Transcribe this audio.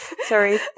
Sorry